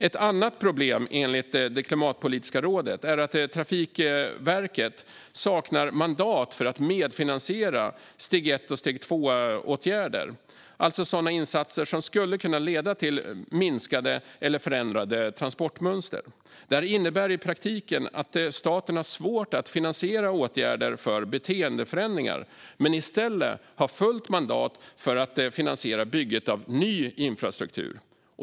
Ett annat problem enligt Klimatpolitiska rådet är att Trafikverket saknar mandat för att medfinansiera steg 1 och steg 2-åtgärder, alltså sådana insatser som skulle kunna leda till minskade eller förändrade transportmönster. Detta innebär i praktiken att staten har svårt att finansiera åtgärder för beteendeförändringar men i stället har fullt mandat att finansiera bygget av ny infrastruktur.